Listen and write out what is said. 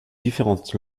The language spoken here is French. différentes